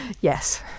yes